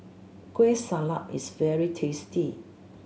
Kueh Salat is very tasty